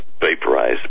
vaporize